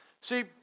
See